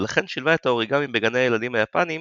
ולכן שילבה את האוריגמי בגני הילדים היפניים